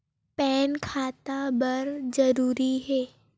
Pan खाता बर जरूरी हे?